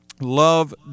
love